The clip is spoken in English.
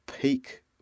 peak